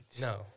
No